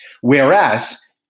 Whereas